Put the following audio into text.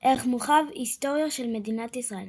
ערך מורחב – היסטוריה של מדינת ישראל